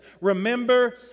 Remember